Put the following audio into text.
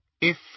If